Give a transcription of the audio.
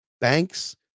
banks